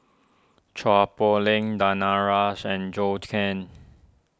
Chua Poh Leng Danaraj and Zhou Can